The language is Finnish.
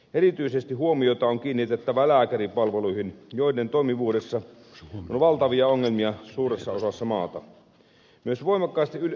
erityisesti huomiota on kiinnitettävä lääkäripalveluihin joiden toimivuudessa on valtavia ongelmia suuressa osassa maata